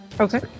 Okay